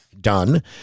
done